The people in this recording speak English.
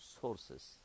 sources